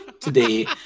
today